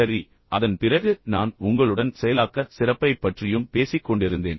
சரி அதன் பிறகு நான் உங்களுடன் செயலாக்க சிறப்பைப் பற்றியும் பேசிக் கொண்டிருந்தேன்